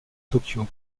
tokyo